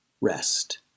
rest